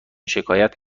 شکایت